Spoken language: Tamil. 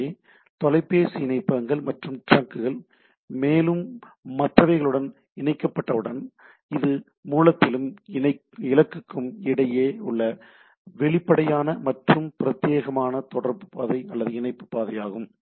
எனவே தொலைபேசி இணைப்பகங்கள் மற்றும் டிரங்க்குகள் மெலும் மற்றவைகளுடன் இணைக்கப்பட்டவுடன் இது மூலத்திற்கும் இலக்குக்கும் இடையே உள்ள வெளிப்படையான மற்றும் பிரத்யேகமான இணைப்பு பாதையாகும்